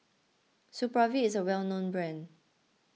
Supravit is a well known brand